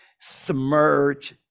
submerge